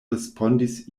respondis